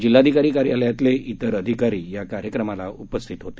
जिल्हाधिकारी कार्यालयातले तिर अनेक अधिकारीही या कार्यक्रमाला उपस्थित होते